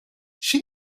she